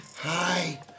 Hi